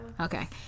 Okay